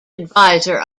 adviser